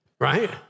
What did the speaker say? right